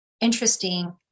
interesting